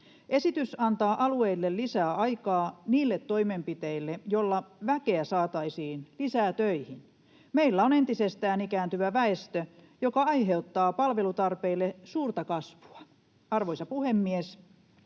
Esitys antaa alueille lisää aikaa niille toimenpiteille, joilla väkeä saataisiin lisää töihin. Meillä on entisestään ikääntyvä väestö, joka aiheuttaa palvelutarpeille suurta kasvua. Arvoisa puhemies!